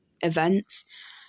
Events